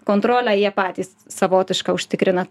kontrolę jie patys savotišką užtikrina